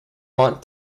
want